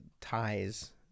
ties